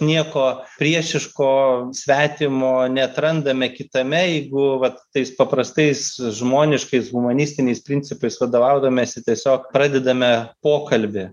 nieko priešiško svetimo neatrandame kitame jeigu vat tais paprastais žmoniškais humanistiniais principais vadovaudamiesi tiesiog pradedame pokalbį